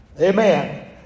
Amen